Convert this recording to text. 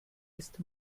ist